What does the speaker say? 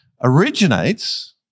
originates